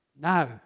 Now